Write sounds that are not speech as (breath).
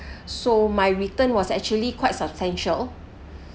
(breath) so my return was actually quite substantial